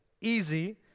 easy